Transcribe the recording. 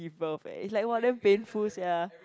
give birth eh it's like what damn painful sia